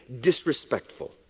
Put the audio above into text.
disrespectful